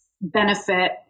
benefit